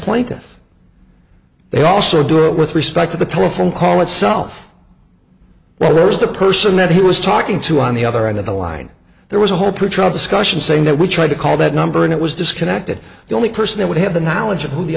point if they also do it with respect to the telephone call itself whereas the person that he was talking to on the other end of the line there was a whole pretrial discussion saying that we tried to call that number and it was disconnected the only person that would have the knowledge of who the